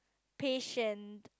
patient